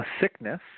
sickness